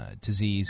disease